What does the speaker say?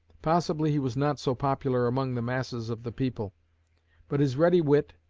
possibly he was not so popular among the masses of the people but his ready wit,